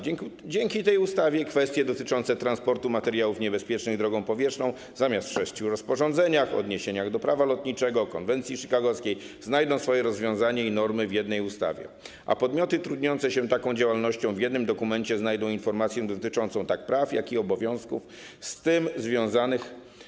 Dzięki tej ustawie kwestie dotyczące transportu materiałów niebezpiecznych drogą powietrzną zamiast w sześciu rozporządzeniach i odniesieniach do Prawa lotniczego i konwencji chicagowskiej znajdą rozwiązanie i unormowanie w jednej ustawie, a podmioty trudniące się taką działalnością w jednym dokumencie znajdą informację dotyczącą tak praw, jak i obowiązków z tym związanych.